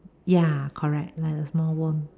ya correct like a small worm